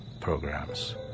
programs